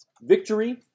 victory